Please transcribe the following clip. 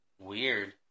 Weird